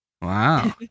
Wow